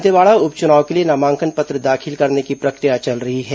दंतेवाड़ा उप चुनाव के लिए नामांकन पत्र दाखिल करने की प्रक्रिया चल रही है